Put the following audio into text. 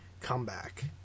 comeback